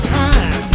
time